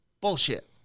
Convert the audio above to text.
bullshit